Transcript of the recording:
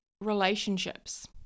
relationships